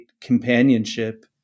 companionship